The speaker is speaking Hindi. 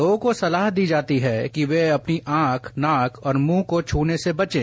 लोगों को सलाह दी जाती है कि वे अपनी आंख नाक और मुंह को छूने से बचें